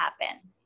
happen